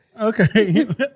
Okay